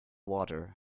water